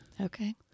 Okay